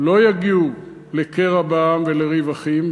לא יגיעו לקרע בעם ולריב אחים,